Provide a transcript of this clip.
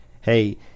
hey